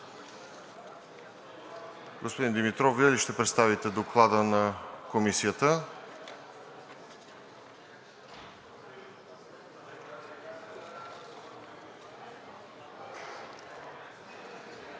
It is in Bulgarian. Господин Димитров, Вие ли ще представите Доклада на Комисията?